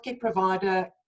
provider